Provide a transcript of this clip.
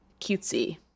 cutesy